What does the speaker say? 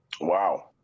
Wow